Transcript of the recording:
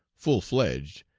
full fledged,